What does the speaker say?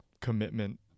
commitment